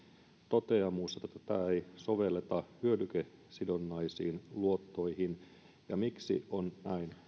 toteamus että tätä ei sovelleta hyödykesidonnaisiin luottoihin miksi on näin